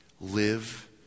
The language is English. Live